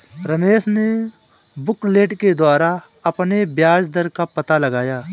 रमेश ने बुकलेट के द्वारा अपने ब्याज दर का पता लगाया